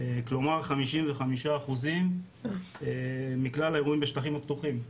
כלומר 55% מכלל האירועים בשטחים הפתוחים.